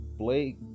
Blake